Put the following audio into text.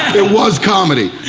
it. it was comedy.